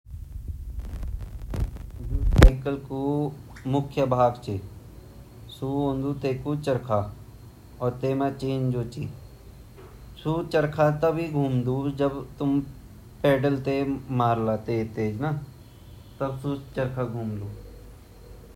जु सैक्लेऑ ची ता वेगा ता भोत मुखिया पार्ट छिन जन पेहली ता वेगु हैंडल वे जान्दु फिर वेगु बीचो डंडा वे जनु फिर फिर वेगि बीचे बॉडी बनाई जानदी फिर वेमा पेडल वोन फिर जु अगिनो टायर वोन उ ता सिधु चलन उ ता हैंडल दे जुड्युं रन अर जु पिछ्लू टायर अर जो हमा पेडल छिन वेमा योक चक्का लगया जान अर वे चक्का पर क्या लगायी जनि आ चैन अर वे चैन पर जब हम पेडल मारला वा चैन घुमेली अर घूमी ते वो अगिन चलेली ,ता यू सीक्लीओ मैन-मैन पार्ट ची।